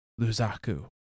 Luzaku